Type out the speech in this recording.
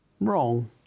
wrong